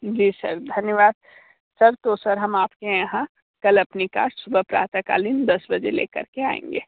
जी sir धन्यवाद sir तो sir हम आप के यहाँ कल अपनी कार सुबह प्रातःकालीन दस बजे लेकर के आएंगे